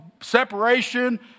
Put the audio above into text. separation